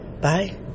Bye